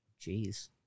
Jeez